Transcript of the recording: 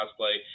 cosplay